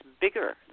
bigger